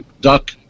duck